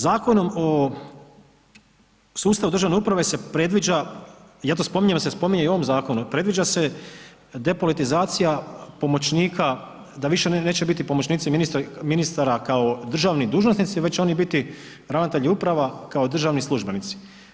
Zakonom o sustavu državne uprave se predviđa, ja to spominjem jer se spominje i u ovom zakonu, predviđa se depolitizacija pomoćnika da više neće biti pomoćnici ministara kao državni dužnosnici već će oni biti ravnatelji uprava kao državni službenici.